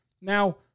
Now